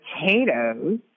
potatoes